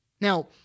Now